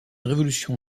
révolution